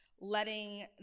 letting